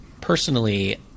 personally